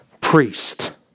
priest